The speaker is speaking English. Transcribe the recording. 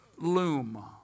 loom